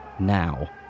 Now